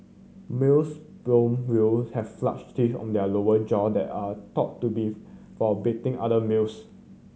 male sperm whale have flash teeth on their lower jaw that are thought to be for battling other males